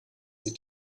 sie